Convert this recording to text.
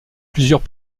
plusieurs